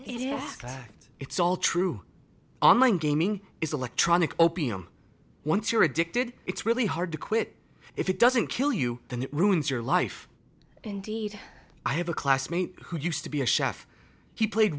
that it's all true online gaming is electronic opium once you're addicted it's really hard to quit if it doesn't kill you than it ruins your life indeed i have a classmate who used to be a chef he played